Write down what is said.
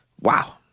Wow